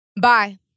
Bye